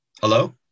Hello